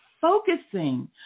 focusing